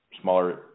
smaller